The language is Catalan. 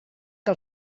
que